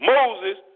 Moses